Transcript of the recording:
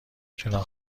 چراغ